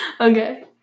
Okay